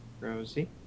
Rosie